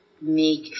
make